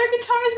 guitars